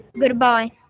Goodbye